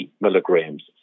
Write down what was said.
milligrams